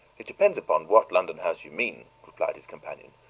it depends upon what london house you mean, replied his companion.